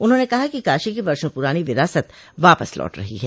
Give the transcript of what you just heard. उन्होंने कहा कि काशी की वर्षो पुरानी विरासत वापस लौट रही है